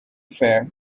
fair